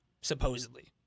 Supposedly